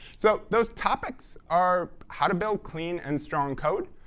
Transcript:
so those topics are how to build clean and strong code.